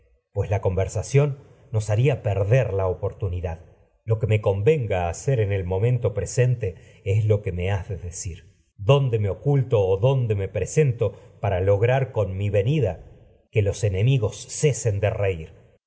pues lo la conversación me me haría perder la oportunidad en que que convenga hacer el momento me presente es o lo has de decir con dónde oculto que dónde me presento para lograr mi venida los enemigos tragedias de sófocles cesen de reír